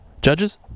judges